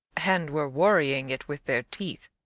and were worrying it with their teeth.